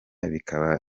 bikaba